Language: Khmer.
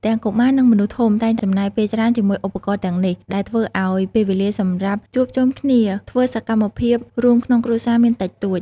ទាំងកុមារ និងមនុស្សធំ តែងចំណាយពេលច្រើនជាមួយឧបករណ៍ទាំងនេះ ដែលធ្វើឱ្យពេលវេលាសម្រាប់ជួបជុំគ្នាធ្វើសកម្មភាពរួមក្នុងគ្រួសារមានតិចតួច ។